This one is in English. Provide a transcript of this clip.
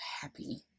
happy